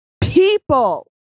people